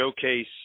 showcase